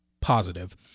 positive